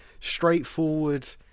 straightforward